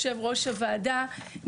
יושב-ראש הוועדה,